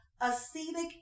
Acetic